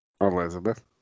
Elizabeth